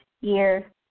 year